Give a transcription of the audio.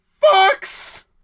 fucks